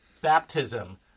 baptism